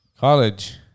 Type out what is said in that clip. college